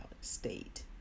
state